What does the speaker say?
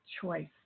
choice